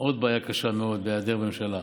עוד בעיה קשה מאוד בהיעדר ממשלה.